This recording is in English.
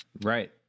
right